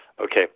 Okay